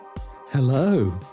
Hello